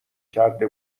کرده